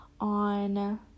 on